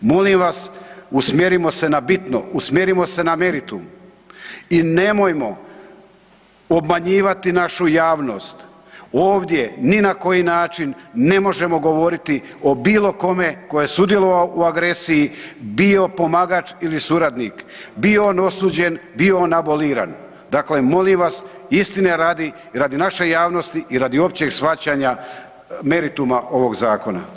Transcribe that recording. Molim vas usmjerimo se na bitno, usmjerimo se na meritum i nemojmo obmanjivati našu javnost, ovdje ni na koji način ne možemo govoriti o bilo kome ko je sudjelovao u agresiji, bio pomagač ili suradnik, bio on osuđen, bio on aboliran, dakle molim vas istine radi i radi naše javnosti i radi općeg shvaćanja merituma ovog zakona.